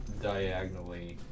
diagonally